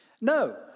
No